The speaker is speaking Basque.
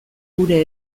gure